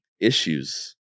issues